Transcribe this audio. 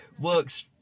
works